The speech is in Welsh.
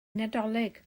nadolig